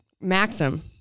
Maxim